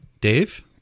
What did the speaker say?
Dave